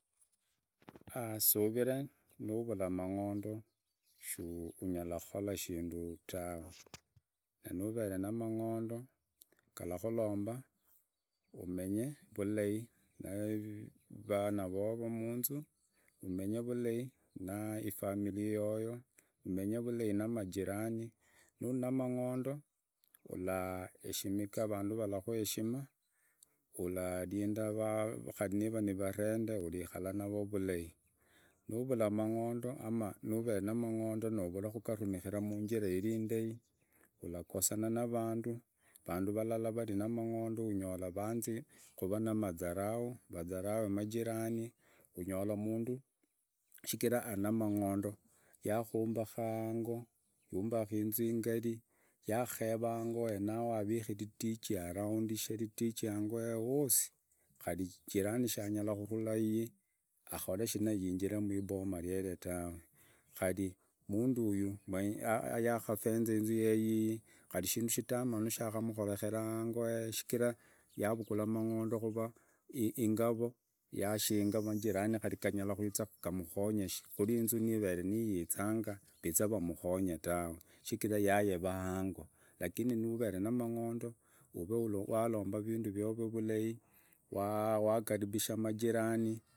Suvila nuvula amang'ondo shunyala kokola ishindu tawe, na novere na mang'ondo galakoromba omenye vulai na vena vovo munzu, omenye vulai na efamiri yoyo, omenye vulai na amajirani, nuri na mang'ondo ulaheshimika, avandu valakuha heshima, ularinda avandu, kari niνa navatende urikala navo vurahi, nuvala amang'ondo ama nove namang'ondo novula kugatumikira munjila indahi ulagasana na vandu, vandu valala vari namang'ondo unyola vatanji kuva namadharau, vadharave majirani. Unyola umundu shigina ari namang'ondo yakumbaka hango, yumbaki inzingari, yakavika iridiji araundishi iridiji hango hehe hosi kari jirani shanyala kwinjira mwiboma rire tawe, kari mundu uyu yakatwenza inzira yeye kosi ishindu shidamana shakamkorekera hango hehe shijira yavugula amangondo kuva ingavo yakinga majirani. Kari ganyala kuiza gamukonye kuri inzu nivere niizangu waze amukonge tawe shijira yayeva hango, lakini noveye namang'ondo ove walomba evindo vyovyo vulai, wakaribibisha majirani.